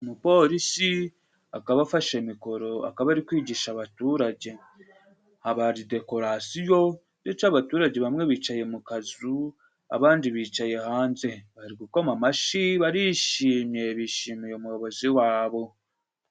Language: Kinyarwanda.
Umupolisi akaba afashe mikoro akaba ari kwigisha abaturage. Habaye dekorasiyo ndetse abaturage bamwe bicaye mu kazu, abandi bicaye hanze. Bari gukoma amashyi barishimye, bishimiye umuyobozi wabo.